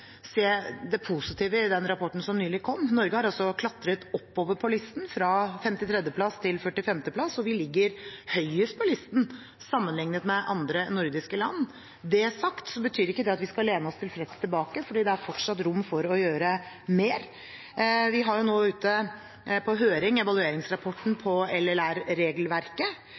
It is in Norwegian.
se det positive i den rapporten som nylig kom. Norge har klatret oppover på listen, fra 53. plass til 45. plass, og vi ligger høyest på listen sammenlignet med andre nordiske land. Det sagt betyr ikke at vi skal lene oss tilfreds tilbake, for det er fortsatt rom for å gjøre mer. Vi har nå ute på høring evalueringsrapporten om LLR-regelverket. Høringen er avsluttet, og vi ser nå på